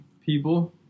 people